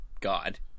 God